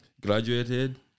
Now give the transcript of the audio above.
graduated